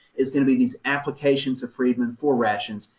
is going to be these applications of freedmen for rations,